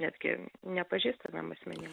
netgi nepažįstamiem asmenim